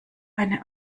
eine